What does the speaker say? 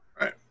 Right